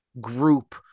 group